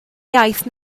iaith